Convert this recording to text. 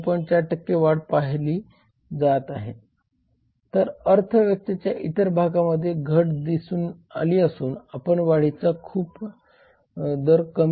4 वाढ पाहिली जात आहे तर अर्थव्यवस्थेच्या इतर भागांमध्ये घट दिसून आली आहे आणि वाढीचा दर खूपच कमी आहे